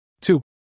Two